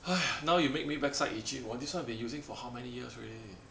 !hais! now you make me backside itchy this one I've been using for how many years already